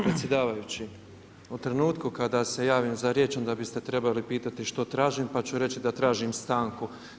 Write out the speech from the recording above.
Predsjedavajući, u trenutku kada se javim za riječ onda biste trebali pitati što tražim pa ću reći da tražim stanku.